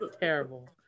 Terrible